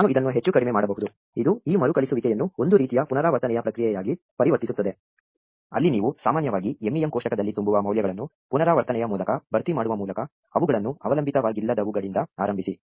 ನಾನು ಇದನ್ನು ಹೆಚ್ಚು ಕಡಿಮೆ ಮಾಡಬಹುದು ಇದು ಈ ಮರುಕಳಿಸುವಿಕೆಯನ್ನು ಒಂದು ರೀತಿಯ ಪುನರಾವರ್ತನೆಯ ಪ್ರಕ್ರಿಯೆಯಾಗಿ ಪರಿವರ್ತಿಸುತ್ತದೆ ಅಲ್ಲಿ ನೀವು ಸಾಮಾನ್ಯವಾಗಿ MEM ಕೋಷ್ಟಕದಲ್ಲಿ ತುಂಬುವ ಮೌಲ್ಯಗಳನ್ನು ಪುನರಾವರ್ತನೆಯ ಮೂಲಕ ಭರ್ತಿ ಮಾಡುವ ಮೂಲಕ ಅವುಗಳನ್ನು ಅವಲಂಬಿತವಾಗಿಲ್ಲದವುಗಳಿಂದ ಆರಂಭಿಸಿ